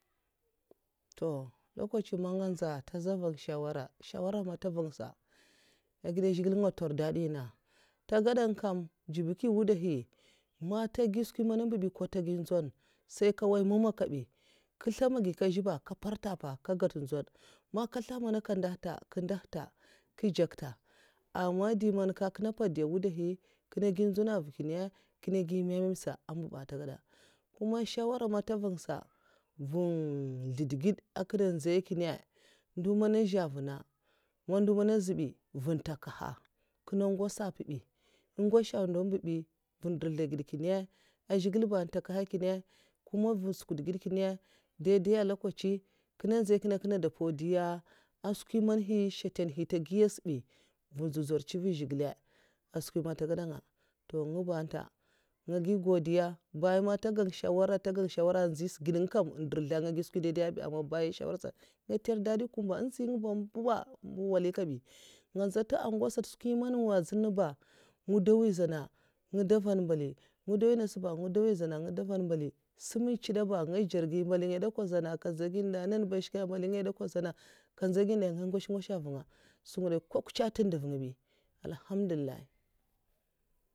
Ntor lokachin man nga nza nte sa vang shawara'shawara man nte vangsa a'gèd zhigilè nga ntor dadi nènga man ntè ghi skwi man mbu'bi man nte gyi nzuan sai nka nwaiya mama kabi nka nslemagui nka zui ba ka mpar ta pa nka gat nzaun amn nka slaha man nka ndahta nka ndah'ta nka djekta am aman de man nka nkuna mpat dyi n'wudahi nkina gyi nzaun avu'kinna kina gui meme sa ambu'bi atagada man shawara amn nte vang'sa va zlud ged akinna nzye kinne ndu mana azey vunna, man ndu mana azbay nva ntakaha kuna ngwosa mpu bi an ngwosa ndow ambu bi nvi ndurzla ged kinne an zhigile ba ntakahak'kinne kuma mvu ndzukdwo edkinne a dai daiya lokachi akinne nze kinne n kinne dwo mpau diya skwi man nhi shatanhyi ntegiya sa bi vini dzodzur ncived zhigilè'a skwi man nte gadan nga to ngu ba nta nga gyi godiya bayan man nta gan shawara nta gan shawara anzyi sa ged nga kam ndirszla nga gui skwi dai daiya bi aman bayan nshawara'sa nga ntera dadi kumba anzhui ngwu'ba mba wali kabi nga nza nta angwa sata skwi man ehn nwadzin'na ba nga dwo mwi zana nga dwo van mbali nga dwo mwi nasa ba, nga dwo mwi zana nga dwo nvan mbali seman ntchida ba nga dzedzar gui mbali ngaya de kwa zana nka nza ginne da? Nana ba nshke mbali ngaya de kwa zana nka nza ginne de? Nga mgwash ngwasha avunnga skwi ngide nkye'kye ko nkutcah ante nduv nga bi alham'ndulilai.